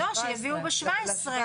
לא, שיביאו ב-17.